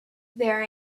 there